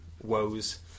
woes